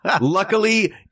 Luckily